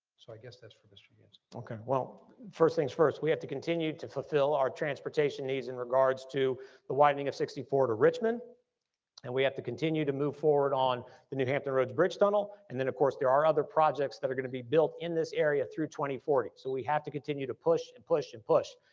so i guess that's for mr. yancey. okay, well first things first, we have to continue to fulfill our transportation needs in regards to the widening of sixty four to richmond and we have to continue to move forward on the new hampton roads bridge-tunnel and then of course there are other projects that are gonna be built in this area through two thousand and forty. so we have to continue to push and push and push.